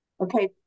Okay